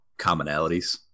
commonalities